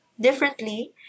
differently